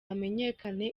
hamenyekane